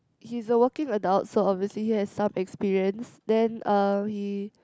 he's a working adult so obviously he has some experience then um he